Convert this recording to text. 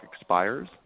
expires